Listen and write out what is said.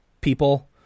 people